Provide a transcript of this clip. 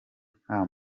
nta